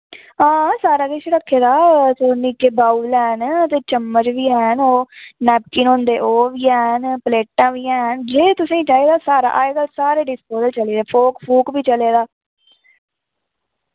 हां सारा किश रक्खे दा अस निक्के बाउल हैन ते चम्मच बी हैन ओ नैपकिन होंदे ओह् बी हैन प्लेटां बी हैन जे तुसें चाहिदा सारा अज्जकल सारे डिस्पोजल चले दे फोर्क फुर्क बी चले दा